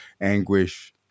anguish